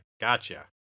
gotcha